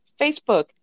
Facebook